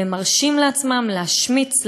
ומרשים לעצמם להשמיץ,